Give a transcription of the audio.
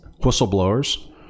whistleblowers